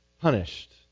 punished